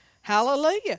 Hallelujah